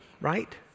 Right